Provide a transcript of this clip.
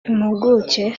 impuguke